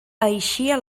eixia